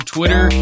Twitter